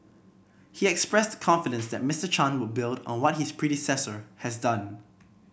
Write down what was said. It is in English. he expressed confidence that Mister Chan would build on what his predecessor has done